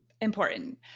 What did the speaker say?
Important